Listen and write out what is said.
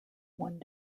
one